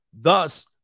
Thus